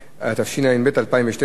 כי הונחה היום על שולחן הכנסת,